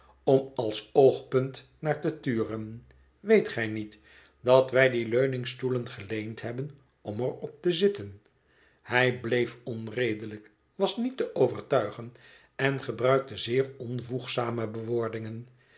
om als oogpunt naar te turen weet gij niet dat wij die leuningstoelen geleend hebben om er op te zitten hij bleef onredelijk was niet te overtuigen en gebruikte zeer onvoegzame bewoordingen